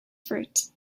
fruits